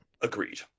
Agreed